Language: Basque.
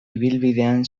ibilbidean